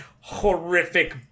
horrific